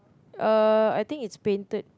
uh I think it's painted